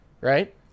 right